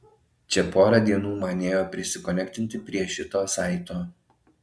čia porą dienų man nėjo prisikonektinti prie šito saito